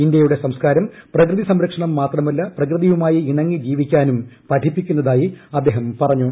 ഇന്തൃയുടെ സംസ്കാരം പ്രകൃതി സംരക്ഷണം മാത്രമല്ല പ്രകൃതിയുമായി ഇണങ്ങി ജീവിക്കാനും പഠിപ്പിക്കുന്നതിനായി അദ്ദേഹം പറഞ്ഞു